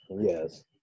Yes